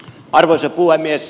arvoisa puhemies